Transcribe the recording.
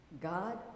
God